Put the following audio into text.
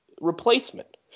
replacement